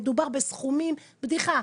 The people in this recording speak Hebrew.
מדובר בסכומים בדיחה,